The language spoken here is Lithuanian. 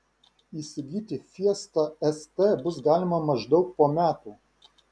įsigyti fiesta st bus galima maždaug po metų